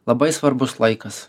labai svarbus laikas